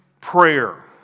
prayer